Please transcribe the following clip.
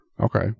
Okay